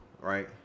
right